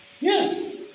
Yes